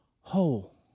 whole